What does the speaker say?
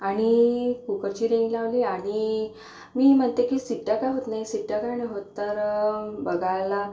आणि कुक्करची रिंग लावली आणि मी म्हणते की शिट्या का होत नाही शिट्या का नाही होत तर बघायला